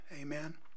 Amen